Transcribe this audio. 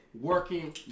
working